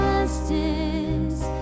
Justice